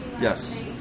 Yes